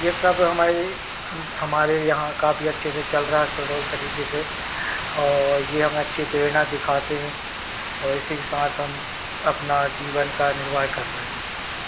य ह सब हमारी हमारे यहाँ काफ़ी अच्छे से चल रहा तरीके से और यह हमें अच्छी प्रेरणा दिखाते हैं और इसी के साथ हम अपने जीवन का निर्वाह कर रहे हैं